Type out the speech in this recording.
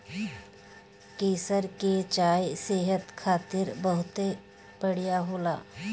केसर के चाय सेहत खातिर बहुते बढ़िया होला